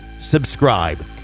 subscribe